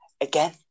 Again